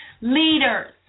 Leaders